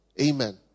Amen